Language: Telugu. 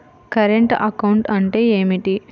కరెంటు అకౌంట్ అంటే ఏమిటి?